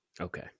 Okay